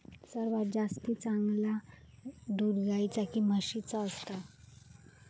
सर्वात जास्ती चांगला दूध गाईचा की म्हशीचा असता?